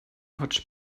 hotch